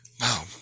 Wow